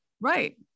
Right